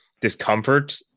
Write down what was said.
discomfort